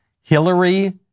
Hillary